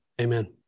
Amen